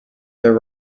there